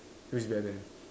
feels very bad